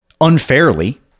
unfairly